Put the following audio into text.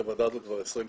את הוועדה הזו כבר 20 שנה,